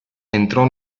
entrò